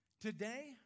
Today